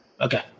Okay